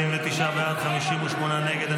49 בעד, 58 נגד.